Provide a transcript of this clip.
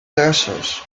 trossos